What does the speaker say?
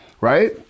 right